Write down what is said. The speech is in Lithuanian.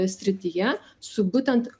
srityje su būtent